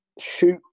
Shoot